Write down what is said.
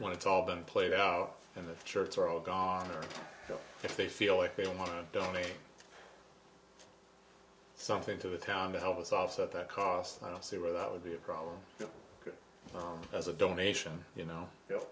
when it's all been played out in the church are all gone or if they feel like they don't want to donate something to the town to help us offset that cost i don't see where that would be a problem as a donation you know